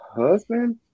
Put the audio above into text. husband